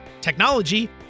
technology